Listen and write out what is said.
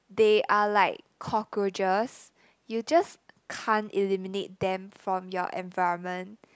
they are like cockroaches you just can't eliminate them from your environment